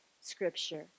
scripture